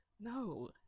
no